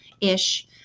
ish